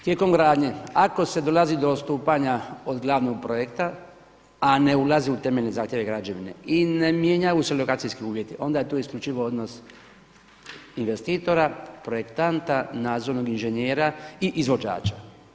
Tijekom gradnje ako se dolazi do odstupanja od glavnog projekta a ne ulazi u temeljne zahtjeve građevine i ne mijenjaju se lokacijskih uvjeti onda je to isključivo odnos investitora, projektanta, nadzornog inženjera i izvođača.